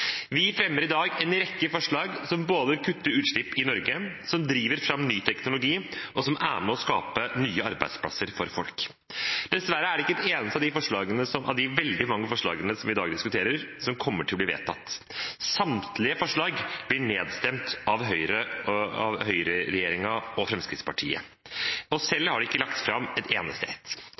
Vi fremmer i dag en rekke forslag som både kutter utslipp i Norge, driver fram ny teknologi og er med på å skape nye arbeidsplasser for folk. Dessverre er det ikke et eneste av de veldig mange forslagene vi i dag diskuterer, som kommer til å bli vedtatt. Samtlige forslag blir nedstemt av høyreregjeringen og Fremskrittspartiet, og selv har de ikke lagt fram et